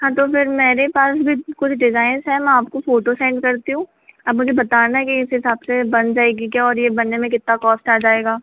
हाँ तो फिर मेरे पास भी कुछ डिज़ाइंस हैं मैं आपको फ़ोटो सेंड करती हूँ आप मुझे बताना कि इस हिसाब से बन जाएगी क्या और यह बनने में कितना कॉस्ट आ जाएगा